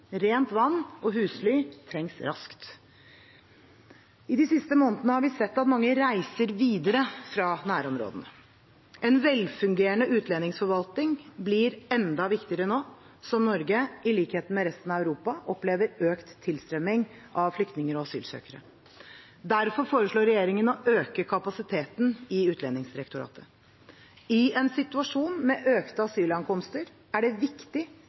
rent vann og husly trengs raskt. I de siste månedene har vi sett at mange reiser videre fra nærområdene. En velfungerende utlendingsforvaltning blir enda viktigere nå som Norge, i likhet med resten av Europa, opplever økt tilstrømming av flyktninger og asylsøkere. Derfor foreslår regjeringen å øke kapasiteten i Utlendingsdirektoratet. I en situasjon med økte asylankomster er det viktig